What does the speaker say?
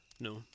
No